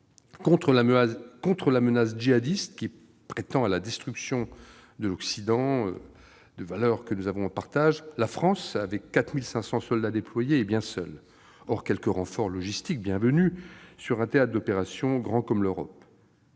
Contre la menace djihadiste qui prétend à la destruction de l'Occident et des valeurs que nous avons en partage, la France, avec 4 500 soldats déployés, est bien seule- hors quelques renforts logistiques bienvenus -sur un théâtre d'opérations grand comme l'Europe.